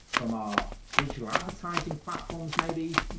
from our digital advertising platforms maybe,